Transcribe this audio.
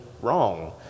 wrong